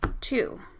two